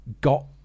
got